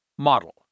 model